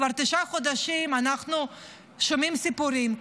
כבר תשעה חודשים אנחנו שומעים סיפורים,